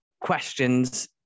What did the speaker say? questions